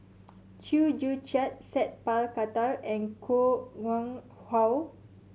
Chew Joo Chiat Sat Pal Khattar and Koh Nguang How